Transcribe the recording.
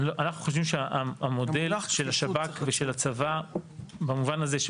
אנחנו חושבים שהמודל של השב"כ ושל הצבא במובן הזה של